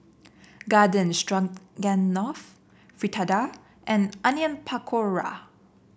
Garden Stroganoff Fritada and Onion Pakora